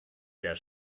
der